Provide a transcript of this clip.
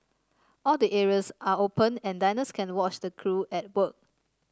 all the areas are open and diners can watch the crew at work